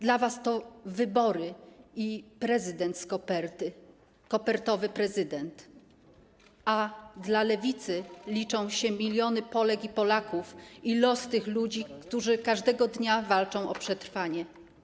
Dla was to wybory i prezydent z koperty, kopertowy prezydent, a dla Lewicy liczą się miliony Polek i Polaków, liczy się los tych ludzi, którzy każdego dnia walczą o przetrwanie.